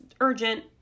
urgent